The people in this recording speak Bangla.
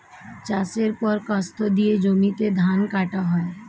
চাষের পর কাস্তে দিয়ে জমিতে ধান কাটা হয়